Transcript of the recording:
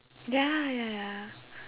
ya ya ya